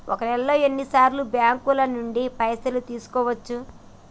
ఒక నెలలో ఎన్ని సార్లు బ్యాంకుల నుండి పైసలు తీసుకోవచ్చు?